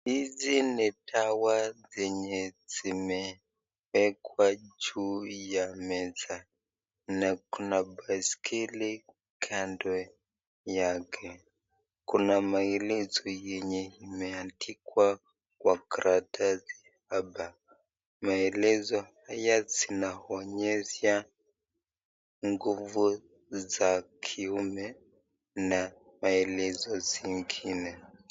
Hizi ni dawa zenye zimewekwa juu ya meza na kuna baiskeli kando yake, kuna maelezo yenye imeandikwa kwa karatasi hapa maelezo haya zinaonyesha nguvu za kiume na maelezo zingine.